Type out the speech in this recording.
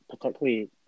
particularly